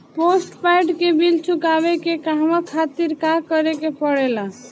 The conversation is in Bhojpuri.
पोस्टपैड के बिल चुकावे के कहवा खातिर का करे के पड़ें ला?